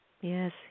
Yes